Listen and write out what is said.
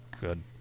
good